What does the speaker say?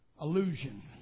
Illusion